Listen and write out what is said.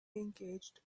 engaged